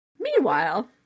Meanwhile